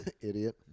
Idiot